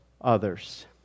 others